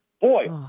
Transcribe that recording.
Boy